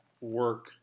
work